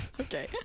okay